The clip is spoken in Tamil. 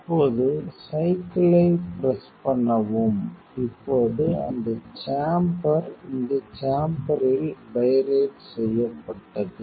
இப்போது சைக்கிள் ஐ பிரஸ் பண்ணவும் இப்போது அந்த சேம்பர் இந்த சேம்பரில் பைரேட் செய்யப்பட்டது